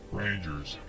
rangers